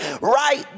right